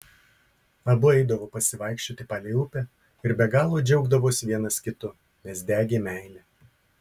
abu eidavo pasivaikščioti palei upę ir be galo džiaugdavosi vienas kitu nes degė meile